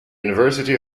university